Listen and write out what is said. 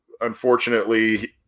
unfortunately